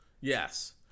Yes